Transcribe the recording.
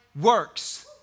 works